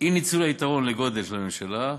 אי-ניצול יתרון הגודל של הממשלה,